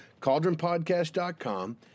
cauldronpodcast.com